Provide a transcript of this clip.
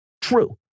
true